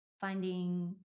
finding